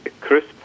crisp